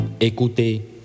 Écoutez